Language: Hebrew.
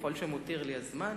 ככל שמותיר לי הזמן.